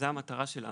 זו המטרה שלנו.